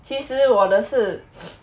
其实我的是